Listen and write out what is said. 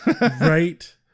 Right